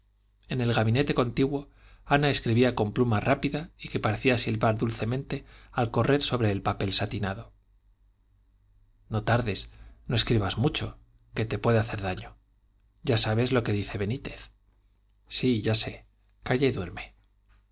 en el gabinete contiguo ana escribía con pluma rápida y que parecía silbar dulcemente al correr sobre el papel satinado no tardes no escribas mucho que te puede hacer daño ya sabes lo que dice benítez sí ya sé calla y duerme